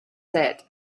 said